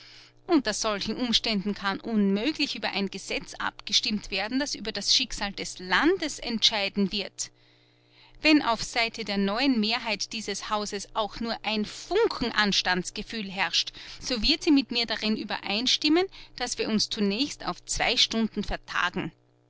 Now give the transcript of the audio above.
unter solchen umständen kann unmöglich über ein gesetz abgestimmt werden das über das schicksal des landes entscheiden wird wenn auf seite der neuen mehrheit dieses hauses auch nur ein funken anstandsgefühl herrscht so wird sie mit mir darin übereinstimmen daß wir uns zunächst auf zwei stunden vertagen